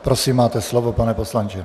Prosím, máte slovo, pane poslanče.